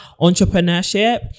entrepreneurship